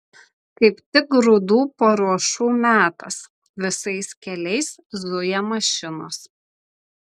kaip tik grūdų paruošų metas visais keliais zuja mašinos